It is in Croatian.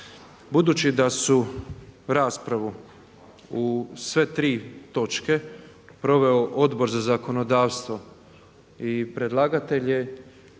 Budući da su raspravu u sve tri točke proveo Odbor za zakonodavstvo i predlagatelj